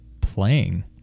playing